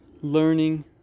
learning